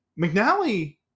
mcnally